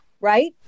right